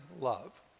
love